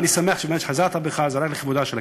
ואני שמח שבאמת חזרת בך, זה רק לכבודה של הכנסת.